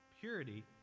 purity